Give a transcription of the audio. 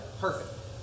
perfect